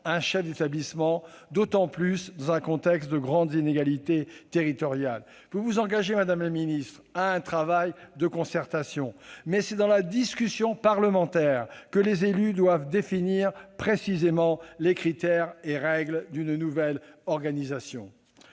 un chef d'établissement, d'autant plus dans un contexte de grandes inégalités territoriales. Madame la ministre, vous vous engagez à un travail de concertation. Mais c'est dans la discussion parlementaire que les élus doivent définir précisément les critères et règles d'une nouvelle organisation.